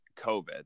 covid